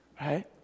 right